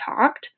talked